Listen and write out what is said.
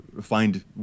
find